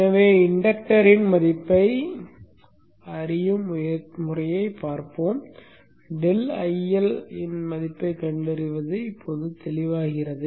எனவே இண்டக்டரின் மதிப்பைக் கண்டுபிடிக்கும் முறையை பார்ப்போம் ∆IL இன் மதிப்பைக் கண்டறிவது தெளிவாகிறது